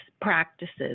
practices